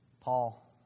Paul